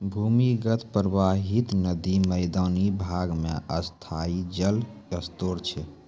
भूमीगत परबाहित नदी मैदानी भाग म स्थाई जल स्रोत छै